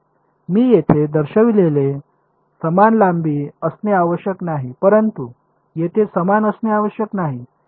मी येथे दर्शविलेले समान लांबी असणे आवश्यक नाही परंतु येथे समान असणे आवश्यक नाही